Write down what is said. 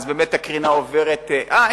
אז באמת הקרינה עוברת, אה.